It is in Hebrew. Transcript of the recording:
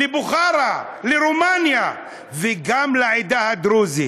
לבוכרה, לרומניה וגם לעדה הדרוזית.